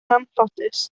anffodus